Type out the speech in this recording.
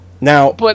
now